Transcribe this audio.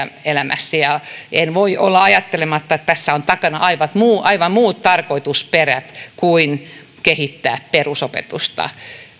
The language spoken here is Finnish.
elämässä ja en voi olla ajattelematta että tässä on takana aivan muut tarkoitusperät kuin kehittää perusopetusta